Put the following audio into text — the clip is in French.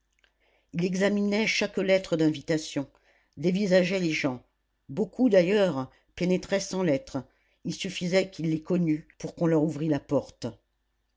il examinait chaque lettre d'invitation dévisageait les gens beaucoup d'ailleurs pénétraient sans lettre il suffisait qu'il les connût pour qu'on leur ouvrît la porte